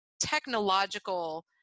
technological